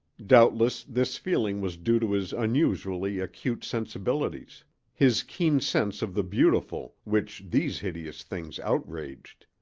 doubtless this feeling was due to his unusually acute sensibilities his keen sense of the beautiful, which these hideous things outraged.